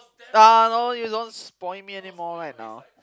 !ah! no you don't spoil me anymore right now